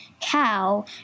cow